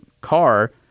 car